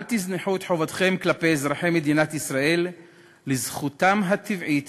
אל תזנחו את חובתכם כלפי אזרחי מדינת ישראל לזכותם הטבעית